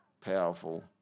powerful